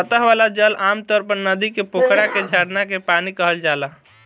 सतह वाला जल आमतौर पर नदी के, पोखरा के, झरना के पानी कहल जाला